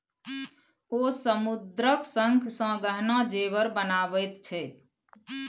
ओ समुद्रक शंखसँ गहना जेवर बनाबैत छै